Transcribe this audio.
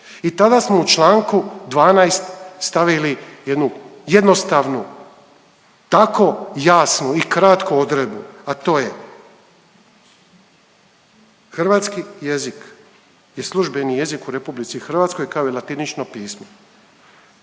i tada smo u članku 12. stavili jednu jednostavnu, tako jasnu i kratku odredbu, a to je: „Hrvatski jezik je službeni jezik u Republici Hrvatskoj kao i latinično pismo.“